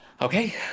Okay